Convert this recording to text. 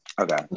Okay